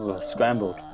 scrambled